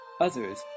Others